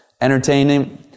entertaining